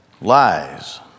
Lies